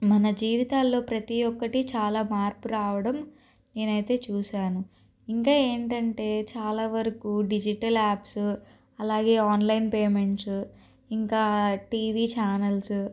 మన జీవితాల్లో ప్రతీఒక్కటి చాలా మార్పు రావడం నేనైతే చూసాను ఇంకా ఏంటంటే చాలావరకు డిజిటల్ యాప్స్ అలాగే ఆన్లైన్ పేమెంట్స్ ఇంకా టీవీ చానల్సు